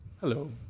Hello